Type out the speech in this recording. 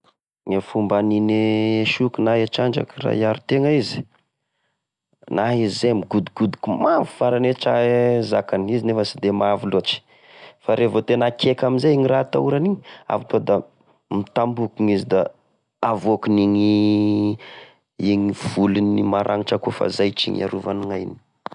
Gne fomba anine soky na e trandraky raha hiaro tegna izy na izy zay migodogodoky mafy faragne tra- e zakany, izy anefa sy de mahavy lôtry fa revô tena akaiky amzay ny raha atahorany igny! avy koa da mitambokiny izy da avôkany iny iny volony maragnitra akoa fanzaitry igny iarovany gn'ainy.